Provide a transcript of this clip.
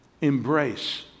Embrace